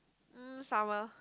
mm summer